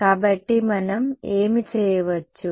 కాబట్టి మనం ఏమి చేయవచ్చు